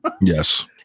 Yes